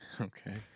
Okay